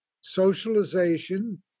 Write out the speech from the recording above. socialization